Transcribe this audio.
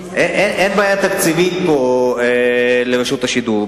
אין בעיה תקציבית לרשות השידור.